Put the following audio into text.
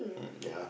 mm ya